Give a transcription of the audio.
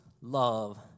love